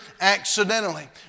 accidentally